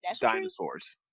dinosaurs